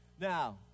Now